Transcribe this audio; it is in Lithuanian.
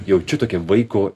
jaučiu tokį vaiko